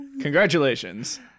Congratulations